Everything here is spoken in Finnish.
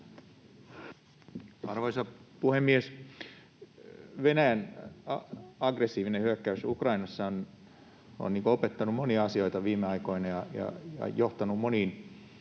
Arvoisa puhemies! Venäjän aggressiivinen hyökkäys Ukrainassa on opettanut monia asioita viime aikoina ja johtanut moniin